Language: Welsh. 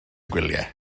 gwyliau